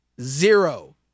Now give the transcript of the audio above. Zero